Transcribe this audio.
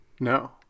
No